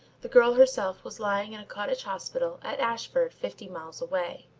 the girl herself was lying in a cottage hospital at ashford fifty miles away.